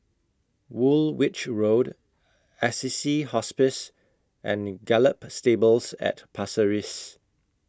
Woolwich Road Assisi Hospice and Gallop Stables At Pasir Riss